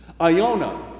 Iona